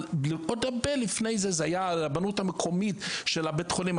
אבל עוד הרבה לפני כן זה היה הרב המקומי של בית החולים,